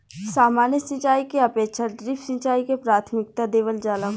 सामान्य सिंचाई के अपेक्षा ड्रिप सिंचाई के प्राथमिकता देवल जाला